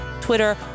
Twitter